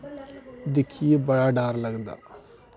दिक्खियै बड़ा डर लगदा